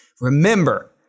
Remember